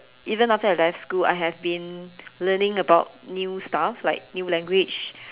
even after I left school I have been learning about new stuff like new language